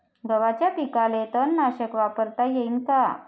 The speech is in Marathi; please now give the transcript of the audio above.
गव्हाच्या पिकाले तननाशक वापरता येईन का?